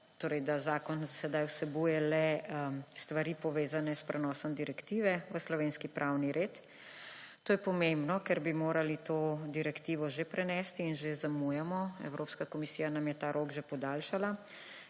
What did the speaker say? tako da zakon sedaj vsebuje le stvari, povezane s prenosom direktive v slovenski pravni red. To je pomembno, ker bi morali to direktivo že prenesti in že zamujamo, Evropska komisija nam je ta rok že podaljšala.